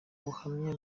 buhamya